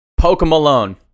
Pokemon